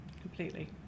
Completely